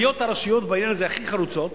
בהיות הרשויות בעניין זה הכי חלוצות,